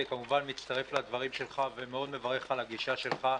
אני כמובן מצטרף לדברים שלך ומברך מאוד על הגישה שלך.